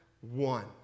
one